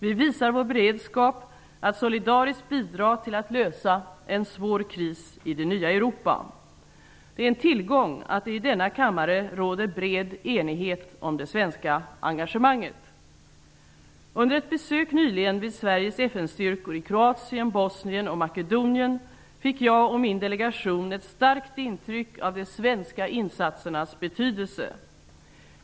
Vi visar vår beredskap att solidariskt bidra till att lösa en svår kris i det nya Europa. Det är en tillgång att det i denna kammare råder bred enighet om det svenska engagemanget. Under ett besök nyligen vid Sveriges FN-styrkor i Kroatien, Bosnien och Makedonien fick jag och min delegation ett starkt intryck av de svenska insatsernas betydelse.